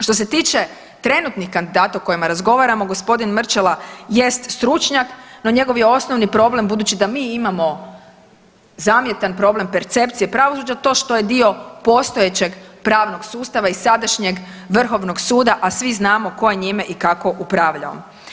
Što se trenutnih kandidata o kojima razgovaramo, g. Mrčela jest stručnjak no njegov je osnovni problem, budući da mi imamo zamjetan problem percepcije pravosuđa to što je dio postojeće pravnog sustava i sadašnjeg Vrhovnog suda, a svi znamo koje njime i kako upravljao.